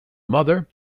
mother